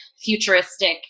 futuristic